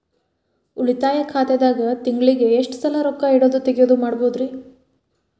ಉಳಿತಾಯ ಖಾತೆದಾಗ ತಿಂಗಳಿಗೆ ಎಷ್ಟ ಸಲ ರೊಕ್ಕ ಇಡೋದು, ತಗ್ಯೊದು ಮಾಡಬಹುದ್ರಿ?